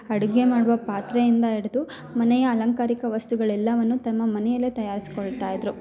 ಅಡ್ಗೆ ಮಾಡುವ ಪಾತ್ರೆಯಿಂದ ಹಿಡ್ದು ಮನೆಯ ಅಲಂಕಾರಿಕ ವಸ್ತುಗಳೆಲ್ಲವನ್ನು ತಮ್ಮ ಮನೆಯಲ್ಲೇ ತಯಾರಿಸ್ಕೊಳ್ತಾ ಇದ್ದರು